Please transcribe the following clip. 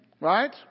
Right